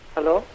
Hello